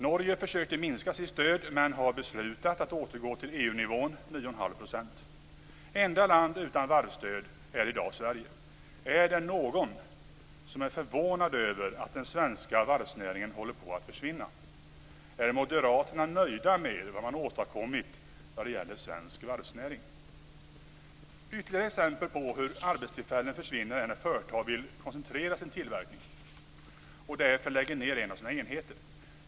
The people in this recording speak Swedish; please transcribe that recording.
Norge försökte minska sitt stöd men har beslutat att återgå till EU-nivån 9,5 %. Enda landet utan varvsstöd är i dag Sverige. Är det någon som är förvånad över att den svenska varvsnäringen håller på att försvinna? Är moderaterna nöjda med vad man åstadkommit när det gäller svensk varvsnäring? För det fjärde: Ytterligare exempel på hur arbetstillfällen försvinner är när företag vill koncentrera sin tillverkning och därför lägger ned en av sina enheter.